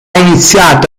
iniziato